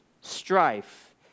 strife